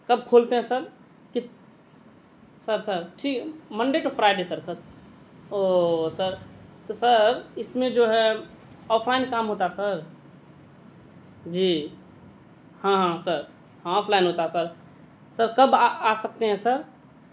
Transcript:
کب کھولتے ہیں سر سر سر ٹھیک Monday to Friday sir okay sir تو سر اس میں جو ہے آف لائن کام ہوتا سر جی ہاں ہاں سر ہاں آف لائن ہوتا سر سر کب آ آ سکتے ہیں سر